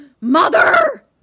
Mother